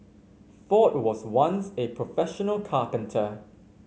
ford was once a professional carpenter